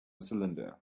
cylinder